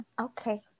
Okay